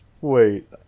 Wait